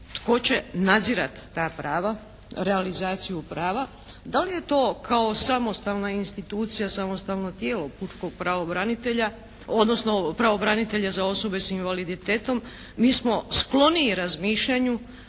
tko će nadzirati ta prava, realizaciju prava, da li je to kao samostalna institucija, samostalno tijelo pučkog pravobranitelja, odnosno pravobranitelja za osobe s invaliditetom, mi smo skloni razmišljanju